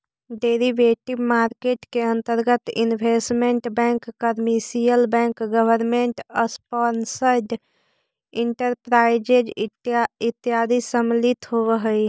derivative market के अंतर्गत investment bank commercial bank government sponsored enterprises इत्यादि सम्मिलित होवऽ हइ